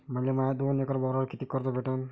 मले माया दोन एकर वावरावर कितीक कर्ज भेटन?